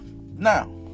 Now